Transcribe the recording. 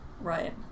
Right